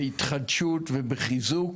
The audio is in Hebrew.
בהתחדשות ובחיזוק